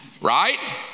Right